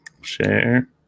Share